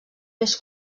més